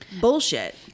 bullshit